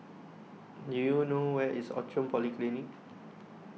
Do YOU know Where IS Outram Polyclinic